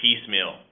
piecemeal